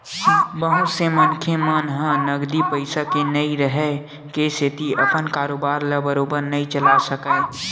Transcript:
बहुत से मनखे मन ह नगदी पइसा के नइ रेहे के सेती अपन कारोबार ल बरोबर नइ चलाय सकय